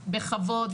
בכבוד,